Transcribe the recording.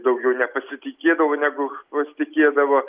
daugiau nepasitikėdavo negu pasitikėdavo